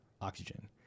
oxygen